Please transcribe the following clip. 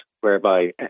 whereby